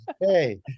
Hey